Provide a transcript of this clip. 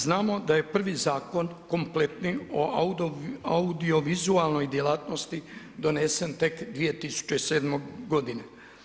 Znamo da je prvi zakon kompletni o audiovizualnoj djelatnosti donesen tek 2007. godine.